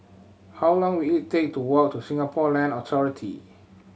how long will it take to walk to Singapore Land Authority